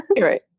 Right